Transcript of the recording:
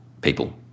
people